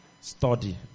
study